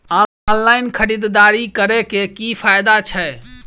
Online खरीददारी करै केँ की फायदा छै?